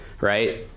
right